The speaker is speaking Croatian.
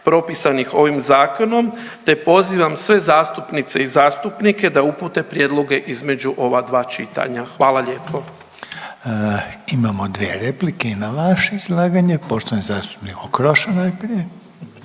propisanih ovim zakonom, te pozivam sve zastupnice i zastupnike da upute prijedloge između ova dva čitanja. Hvala lijepo. **Reiner, Željko (HDZ)** Imamo dvije replike na vaše izlaganje. Poštovani zastupnik Okroša najprije.